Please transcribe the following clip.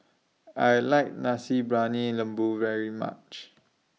I like Nasi Briyani Lembu very much